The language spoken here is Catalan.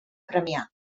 premià